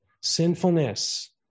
sinfulness